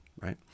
right